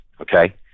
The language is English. Okay